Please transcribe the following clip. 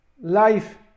life